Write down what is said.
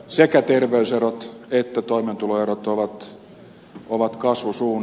sekä terveyserot että toimeentuloerot ovat kasvusuunnassa